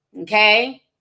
Okay